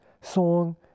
song